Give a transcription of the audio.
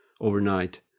overnight